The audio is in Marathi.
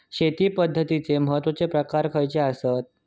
शेती पद्धतीचे महत्वाचे प्रकार खयचे आसत?